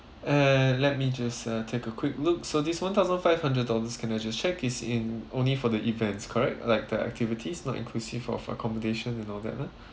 uh let me just uh take a quick look so this one thousand five hundred dollars can I just check is in only for the events correct like the activities not inclusive of accommodation and all that ah